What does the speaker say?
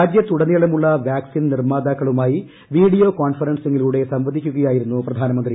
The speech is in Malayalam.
രാജ്യത്തുടനീളമുള്ള വാക്സിൻ നിർമ്മാതാക്കളുമായി വീഡിയോ കോൺഫറൻസിങിലൂടെ സംവദിക്കുകയായിരുന്നു പ്രധാനമന്ത്രി